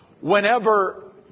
whenever